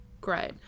Great